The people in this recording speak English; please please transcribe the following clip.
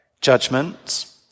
judgment